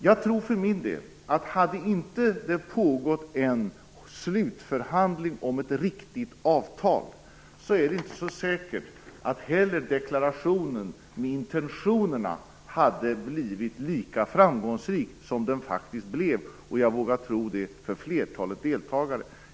Jag tror för min del, att hade det inte pågått en slutförhandling om ett riktigt avtal så är det inte heller så säkert att deklarationen med intentionerna hade blivit så framgångsrik som den faktiskt blev, och jag vågar tro det för flertalet deltagare.